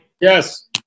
Yes